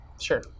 Sure